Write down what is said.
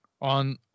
On